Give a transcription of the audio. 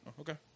Okay